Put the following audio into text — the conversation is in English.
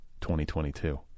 2022